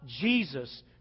Jesus